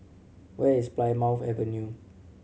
where is Plymouth Avenue